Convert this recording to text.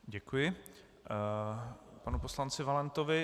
Děkuji panu poslanci Valentovi.